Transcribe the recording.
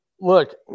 look